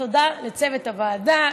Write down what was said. תודה לצוות הוועדה,